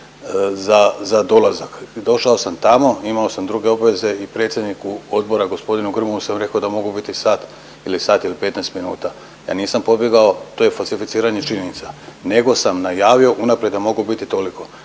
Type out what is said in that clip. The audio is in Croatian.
za dolazak. Došao sam tamo, imao sam druge obveze i predsjedniku odbora gospodinu Grmoji sam rekao da mogu biti sat ili sat i 15 minuta. Ja nisam pobjegao, to je falsificiranje činjenica, nego sam najavio unaprijed da mogu biti toliko.